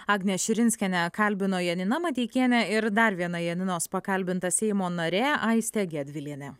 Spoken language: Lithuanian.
agnę širinskienę kalbino janina mateikienė ir dar viena janinos pakalbinta seimo narė aistė gedvilienė